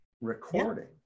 recording